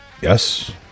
Yes